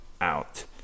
out